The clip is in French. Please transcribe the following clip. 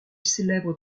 célèbre